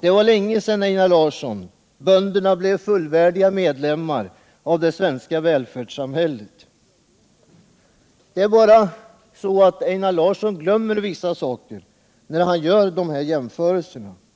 Det var länge sedan, Einar Larsson, bönderna blev fullvärdiga medlemmar av det svenska välfärdssamhället. Det är bara så att Einar Larsson glömmer vissa saker när han gör dessa jämförelser.